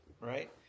right